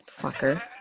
Fucker